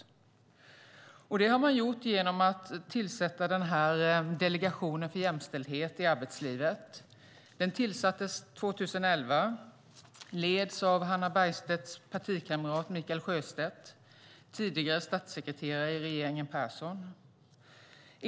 Det har man gjort genom att tillsätta Delegation för jämställdhet i arbetslivet. Den tillsattes 2011 och leds av Hannah Bergstedts partikamrat Mikael Sjöberg, tidigare statssekreterare i regeringen Persson.